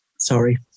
Sorry